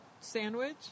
sandwich